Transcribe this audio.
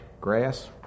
grass